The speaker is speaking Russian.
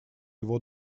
его